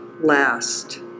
Last